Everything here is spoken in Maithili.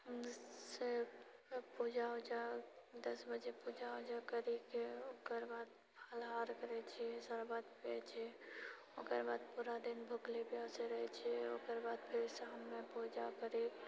फिर पूजा उजा दश बजे पूजा उजा करिके ओकर बाद फलाहार करैत छियै शर्बत पियैत छियै ओकर बाद पूरा दिन भूखले प्यासे रहैत छियै ओकर बाद फिर शाममे पूजा करि